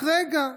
רק רגע.